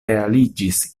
realiĝis